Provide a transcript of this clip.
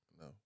No